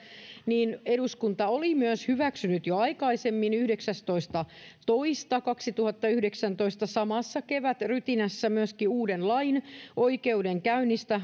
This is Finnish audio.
eduskunta oli myös hyväksynyt jo aikaisemmin yhdeksästoista toista kaksituhattayhdeksäntoista samassa kevätrytinässä myöskin uuden lain oikeudenkäynnistä